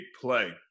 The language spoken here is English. play